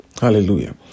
Hallelujah